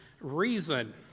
reason